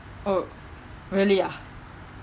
oh really ah